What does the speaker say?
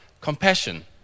compassion